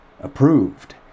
approved